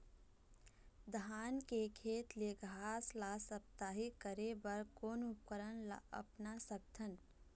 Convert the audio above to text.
धान के खेत ले घास ला साप्ताहिक करे बर कोन उपकरण ला अपना सकथन?